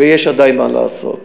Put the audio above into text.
ויש עדיין מה לעשות.